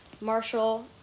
Marshall